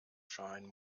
shine